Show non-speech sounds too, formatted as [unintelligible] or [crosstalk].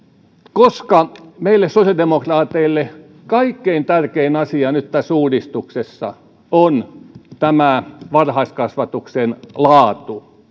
koska meille sosiaalidemokraateille kaikkein tärkein asia nyt tässä uudistuksessa on tämä varhaiskasvatuksen laatu [unintelligible]